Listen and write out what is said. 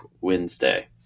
Wednesday